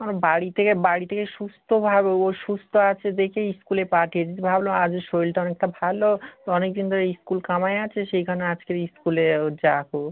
আমার বাড়ি থেকে বাড়ি থেকে সুস্থভাবে ও সুস্থ আছে দেখেই স্কুলে পাঠিয়েছি ভাবলাম আজকে শরীরটা অনেকটা ভালো তো অনেকদিন ধরে স্কুল কামাই আছে সেই কারণে আজকের স্কুলে ও যাক ও